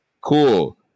Cool